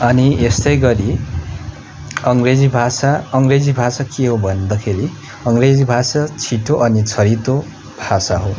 अनि यस्तै गरी अङ्ग्रेजी भाषा अङ्ग्रेजी भाषा के हो भन्दाखेरि अङ्ग्रेजी भाषा छिटो अनि छरितो भाषा हो